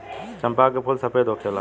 चंपा के फूल सफेद होखेला